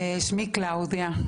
שמי קלאודיה.